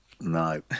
No